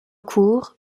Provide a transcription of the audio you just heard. cours